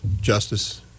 justice